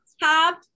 top